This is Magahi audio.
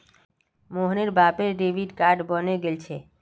मोहनेर बापेर डेबिट कार्ड बने गेल छे